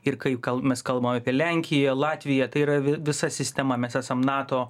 ir kai kal mes kalbam apie lenkiją latviją tai yra vi visa sistema mes esam nato